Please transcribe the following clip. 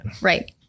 Right